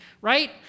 right